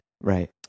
Right